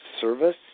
service